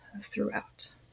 throughout